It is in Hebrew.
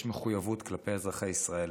יש מחויבות כלפי אזרחי ישראל